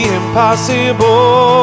impossible